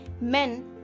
men